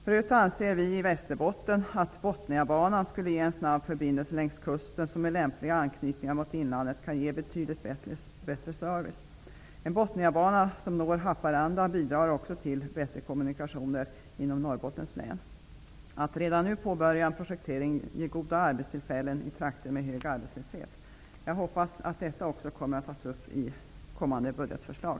För övrigt anser vi i Västerbotten att Botniabanan skulle ge en snabb förbindelse längs kusten som med lämpliga anknytningar till inlandet kan ge betydligt bättre service. En Botniabana som når Haparanda bidrar också till bättre kommunikationer inom Norrbottens län. Att redan nu påbörja en projektering ger goda arbetstillfällen i trakter med hög arbetslöshet. Jag hoppas att detta också kommer att tas upp i kommande budgetförslag.